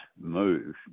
move